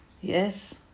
Yes